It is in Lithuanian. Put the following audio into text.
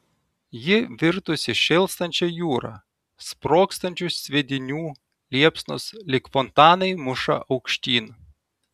ji virtusi šėlstančia jūra sprogstančių sviedinių liepsnos lyg fontanai muša aukštyn